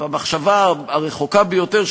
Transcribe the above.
במחשבה הרחוקה ביותר,